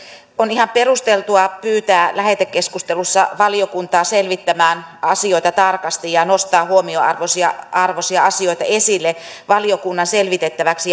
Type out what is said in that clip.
on ihan perusteltua pyytää lähetekeskustelussa valiokuntaa selvittämään asioita tarkasti ja nostaa huomionarvoisia asioita esille valiokunnan selvitettäväksi